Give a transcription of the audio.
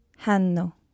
Hanno